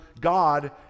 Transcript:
God